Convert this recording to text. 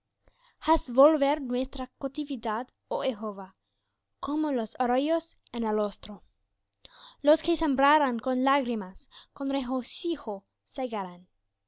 volver nuestra cautividad oh jehová como los arroyos en el austro los que sembraron con lágrimas con regocijo segarán